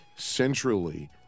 centrally